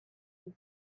you